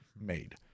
made